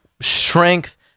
strength